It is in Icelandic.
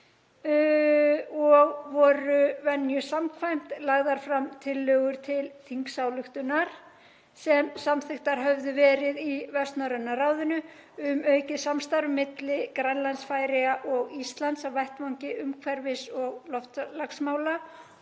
og voru venju samkvæmt lagðar fram tillögur til þingsályktunar sem samþykktar höfðu verið í Vestnorræna ráðinu um aukið samstarf milli Grænlands, Færeyja og Íslands á vettvangi umhverfis- og loftslagsmála